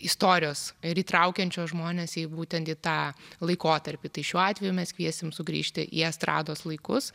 istorijos ir įtraukiančios žmones į būtent į tą laikotarpį tai šiuo atveju mes kviesim sugrįžti į estrados laikus